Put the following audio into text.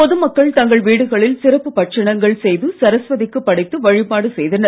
பொது மக்கள் தங்கள் வீடுகளில் சிறப்பு பட்சணங்கள் செய்து சரஸ்வதிக்கு படைத்து வழிபாடு செய்தனர்